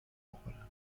بخورم